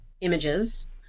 images